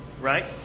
Right